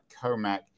Comac